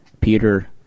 Peter